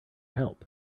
help